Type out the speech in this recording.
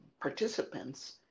participants